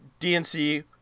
DNC